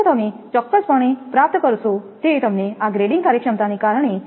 તો તમે ચોક્કસપણે પ્રાપ્ત કરશો તે તમને આ ગ્રેડિંગ કાર્યક્ષમતાને કારણે 86